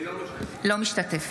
אינו משתתף